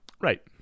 right